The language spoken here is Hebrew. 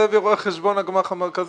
רואה חשבון הגמ"ח המרכזי.